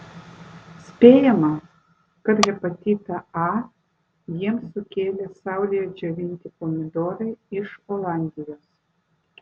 spėjama kad hepatitą a jiems sukėlė saulėje džiovinti pomidorai iš olandijos